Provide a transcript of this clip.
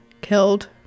killed